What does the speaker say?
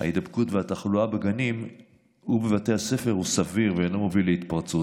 ההידבקות והתחלואה בגנים ובבתי הספר הוא סביר ואינו מביא להתפרצות.